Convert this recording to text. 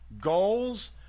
goals